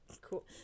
cool